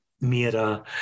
Mira